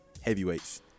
heavyweights